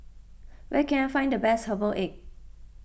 where can I find the best Herbal Egg